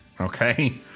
Okay